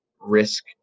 risk